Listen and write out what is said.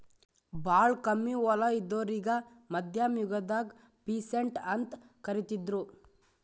ಭಾಳ್ ಕಮ್ಮಿ ಹೊಲ ಇದ್ದೋರಿಗಾ ಮಧ್ಯಮ್ ಯುಗದಾಗ್ ಪೀಸಂಟ್ ಅಂತ್ ಕರಿತಿದ್ರು